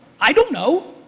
i don't know.